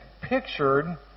pictured